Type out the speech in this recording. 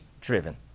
driven